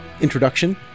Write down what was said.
introduction